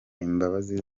imbabazi